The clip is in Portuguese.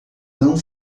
não